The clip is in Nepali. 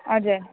हजुर